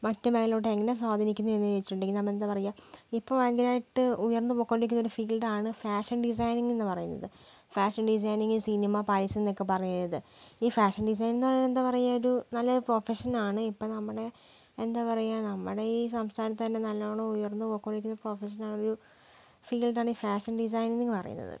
മറ്റ് മേഘാലെലോട്ട് എങ്ങനെ സ്വാധീനിക്കുന്നു എന്ന് ചോദിച്ചിട്ടുണ്ടെങ്കിൽ നാമെന്താ പറയാ ഇപ്പോൾ ഭയങ്കരമായിട്ട് ഉയർന്ന് പൊക്കൊണ്ടിരിക്കുന്ന ഒരു ഫീൽഡാണ് ഫാഷൻ ഡിസൈനിംഗ് എന്ന് പറയുന്നത് ഫാഷൻ ഡിസൈനിംഗ് സിനിമ പരസ്യം എന്നൊക്കെ പറയുന്നത് ഈ ഫാഷൻ ഡിസൈനിംഗ് പറഞ്ഞാ എന്താ പറയാ ഒരു നല്ല പ്രൊഫഷനാണ് ഇപ്പം നമ്മുടെ എന്താ പറയാ നമ്മുടെ ഈ സംസ്ഥാനത്ത് തന്നെ നല്ലോണം ഉയർന്ന് പൊക്കൊണ്ടിരിക്കുന്ന പ്രൊഫഷനാ ഒരു ഫീൽഡാണ് ഈ ഫാഷൻ ഡിസൈനിംഗ് എന്ന് പറയുന്നത്